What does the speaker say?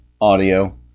audio